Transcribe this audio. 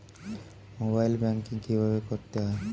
Mobile banking কীভাবে করতে হয়?